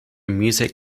music